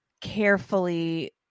carefully